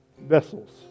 vessels